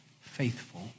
faithful